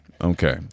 Okay